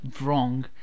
wrong